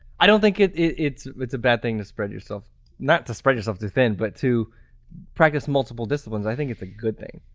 i don't think it's it's a bad thing to spread yourself not to spread yourself too thin but to practice multiple disciplines, i think it's a good thing.